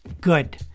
good